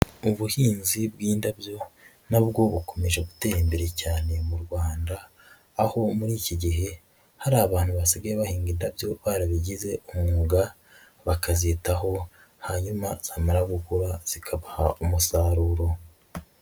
Ubuhinzi bw'indabyo, nabwo bukomeje gutera imbere cyane mu Rwanda, aho muri iki gihe, hari abantu basigaye bahinga indabyo barabigize umwuga, bakazitaho, hanyuma zamara gukura, zikabaha umusaruro.